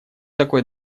такой